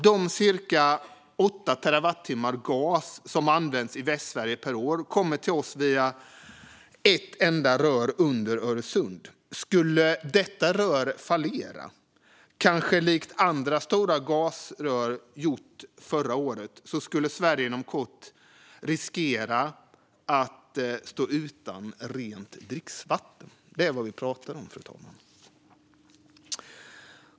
De cirka 8 terawattimmar gas som används i Västsverige per år kommer till oss via ett enda rör under Öresund. Skulle detta rör fallera, likt andra stora gasrör gjort förra året, skulle Sverige inom kort riskera att stå utan rent dricksvatten. Detta är vad vi talar om.